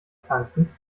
zanken